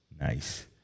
Nice